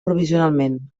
provisionalment